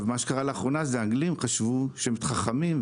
לאחרונה האנגלים חשבו שהם חכמים,